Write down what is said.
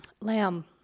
Lamb